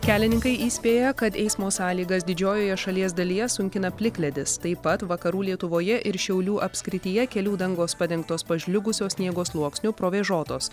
kelininkai įspėja kad eismo sąlygas didžiojoje šalies dalyje sunkina plikledis taip pat vakarų lietuvoje ir šiaulių apskrityje kelių dangos padengtos pažliugusio sniego sluoksniu provėžotos